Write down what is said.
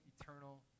eternal